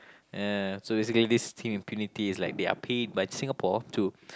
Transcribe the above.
ya so basically this Team Impunity is like they are paid by Singapore to